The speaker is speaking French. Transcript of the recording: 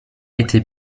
été